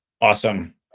Awesome